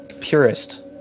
Purist